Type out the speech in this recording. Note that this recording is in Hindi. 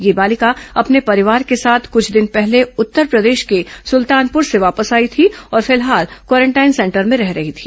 यह बालिका अपने परिवार के साथ कुंछ दिन पहले उत्तरप्रदेश के सुल्तानपुर से वापस आई थी और फिलहाल क्वारेंटाइन सेंटर में रह रही थी